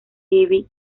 heavy